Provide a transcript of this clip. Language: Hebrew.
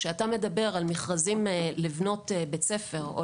כאשר אתה מדבר על מכרזים לבניית בית ספר או